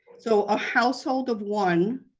so ah household of one,